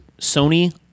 Sony